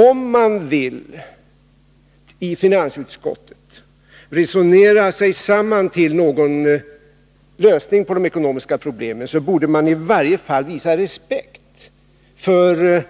Om man i finansutskottet vill resonera sig samman till någon lösning på de ekonomiska problemen, så borde man i varje fall visa respekt för